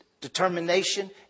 determination